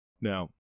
Now